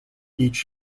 each